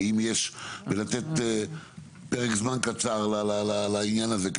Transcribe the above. ולתת פרק זמן קצר לעניין הזה,